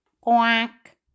Quack